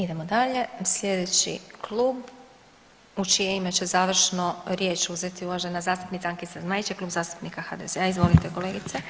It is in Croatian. Idemo dalje, slijedeći klub u čije ime će završno riječ uzeti uvažena zastupnica Ankica Zmaić, a Klub zastupnika HDZ-a, izvolite kolegice.